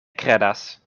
kredas